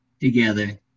together